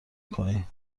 کنی